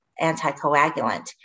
anticoagulant